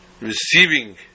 receiving